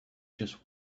just